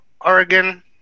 Oregon